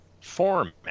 format